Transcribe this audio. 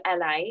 la